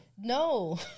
No